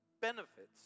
benefits